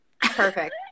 Perfect